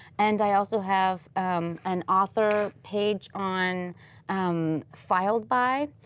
and i also have an author page on um filed by.